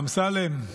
אמסלם,